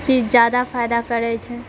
चीज जादा फायदा करैत छै